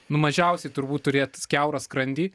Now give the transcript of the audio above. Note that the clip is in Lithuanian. nu mažiausiai turbūt turėt kiaurą skrandį